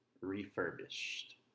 refurbished